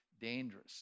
dangerous